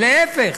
להפך,